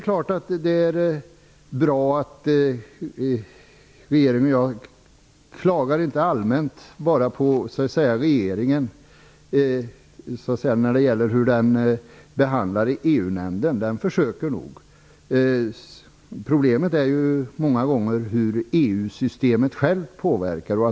Jag klagar inte allmänt på hur regeringen behandlar EU-nämnden. Man försöker nog. Problemet är många gånger att EU-systemet självt påverkar.